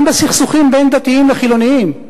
גם בסכסוכים בין דתיים לחילונים,